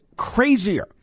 crazier